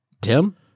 Tim